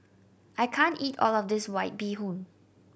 I can't eat all of this White Bee Hoon